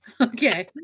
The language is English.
Okay